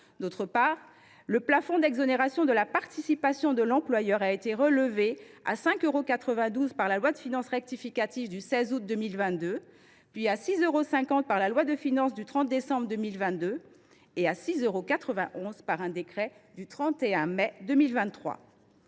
D’autre part, le plafond d’exonération de la participation de l’employeur a été relevé à 5,92 euros par la loi de finances rectificative du 16 août 2022, puis à 6,50 euros par la loi de finances du 30 décembre 2022 et à 6,91 euros par un décret du 31 mai 2023.